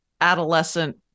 adolescent